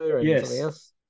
Yes